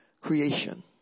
creation